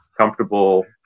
comfortable